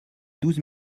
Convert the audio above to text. douze